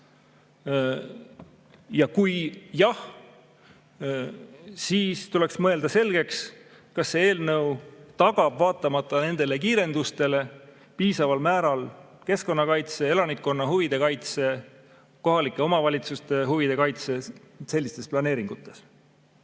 Kui jah, siis tuleks mõelda selgeks, kas see eelnõu tagab vaatamata nendele kiirendustele piisaval määral keskkonnakaitse ja elanikkonna huvide kaitse, kohalike omavalitsuste huvide kaitse sellistes planeeringutes.